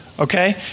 Okay